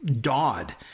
Dodd